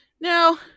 Now